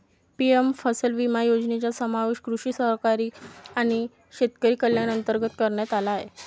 PM फसल विमा योजनेचा समावेश कृषी सहकारी आणि शेतकरी कल्याण अंतर्गत करण्यात आला आहे